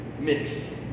mix